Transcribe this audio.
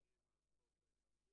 של חברת הכנסת מרב מיכאלי,